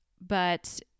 but-